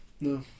no